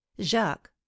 jacques